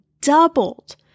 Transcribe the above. doubled